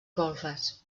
golfes